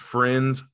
Friends